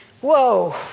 whoa